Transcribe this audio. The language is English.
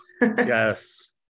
Yes